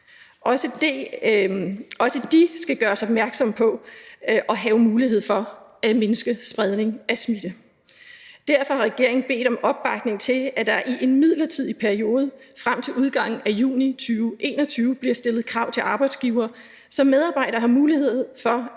Også de skal gøres opmærksom på muligheden for at mindske spredningen af smitte. Derfor har regeringen bedt om opbakning til, at der i en midlertidig periode frem til udgangen af juni 2021 bliver stillet krav til arbejdsgiverne, så medarbejderne har mulighed for at